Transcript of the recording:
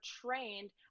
trained